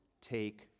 take